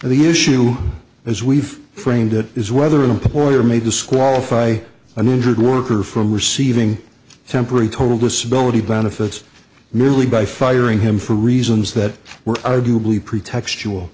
the issue as we've framed it is whether an employer may disqualify an injured worker from receiving tempering total disability benefits merely by firing him for reasons that were arguably pretext